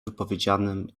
wypowiedzianym